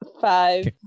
Five